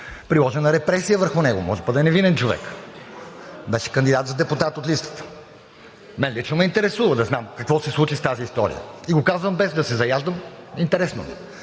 приложена репресия върху него? Може пък да е невинен човекът? Беше кандидат за депутат от листата. Мен лично ме интересува да знам какво се случи с тази история и го казвам, без да се заяждам, интересно ми